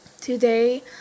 Today